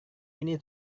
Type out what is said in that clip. ini